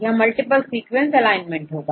यह multiple sequence alignment होगा